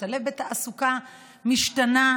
בהשתלבות בתעסוקה משתנה.